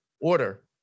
order